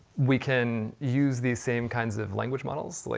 we can use these same kinds of language models, like